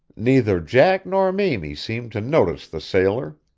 neither jack nor mamie seemed to notice the sailor.